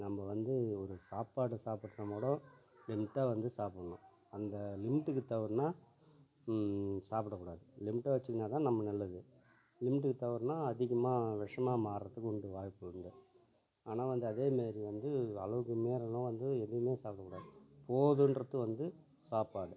நம்ம வந்து ஒரு சாப்பாடு சாப்பிட்டோம்னா கூட லிமிட்டாக வந்து சாப்பிட்ணும் அந்த லிமிட்டுக்கு தவறுனால் சாப்பிடக்கூடாது லிமிட்டாக வச்சிக்கின்னால் தான் நமக்கு நல்லது லிமிட்டுக்கு தவறுனால் அதிகமாக விஷமா மாறுகிறதுக்கு கொஞ்சம் வாய்ப்பு உண்டு ஆனால் வந்து அதேமாரி வந்து அளவுக்கு மீறினா வந்து எதுவுமே சாப்பிடக்கூடாது போதுன்றது வந்து சாப்பாடு